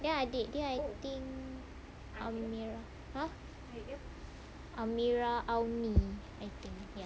then adik dia I think amirah !huh! amirah auni think